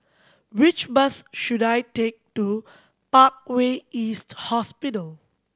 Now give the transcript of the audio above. which bus should I take to Parkway East Hospital